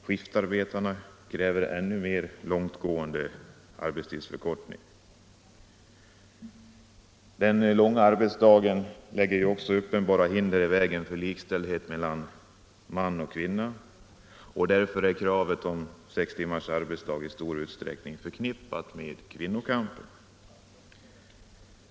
Skiftarbetarna kräver ännu mer långtgående arbetstidsförkortning. Den långa arbetsdagen lägger också uppenbara hinder i vägen för likställdhet mellan man och kvinna, och därför är kravet på sex timmars arbetsdag i stor utsträckning förknippat med kvinnokampen.